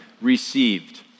received